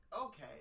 okay